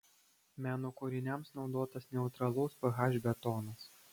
meno kūriniams naudotas neutralaus ph betonas